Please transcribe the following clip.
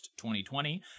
2020